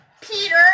Peter